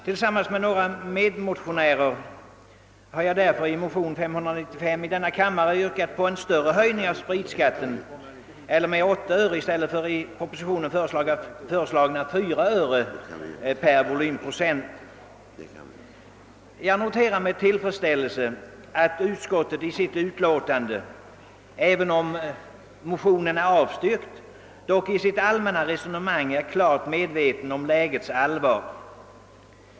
Tillsammans med några medmotionärer har jag därför i motion II:595 yrkat på en större höjning av spritskatten, nämligen med 8 öre i stället för i propositionen föreslagna 4 öre per volymprocent. Jag noterar med tillfredsställelse att utskottet i sitt betänkande, även om det avstyrkt motionen, i sitt allmänna resonemang givit klart uttryck för att det är medvetet om lägets allvar.